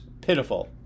pitiful